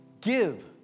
Give